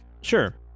Sure